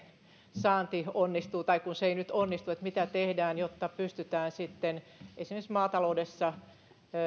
saanti ei nyt onnistu niin mitä tehdään jotta pystytään sitten esimerkiksi maataloudessa